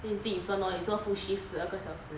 then 你自己算 lor 你做 full shift 十二个小时